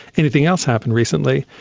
anything else happen recently?